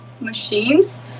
machines